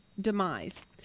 demise